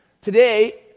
Today